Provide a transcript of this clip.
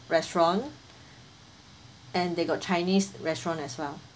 restaurant and they got chinese restaurant as well